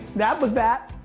that was that.